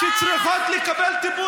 שצריכות לקבל טיפול.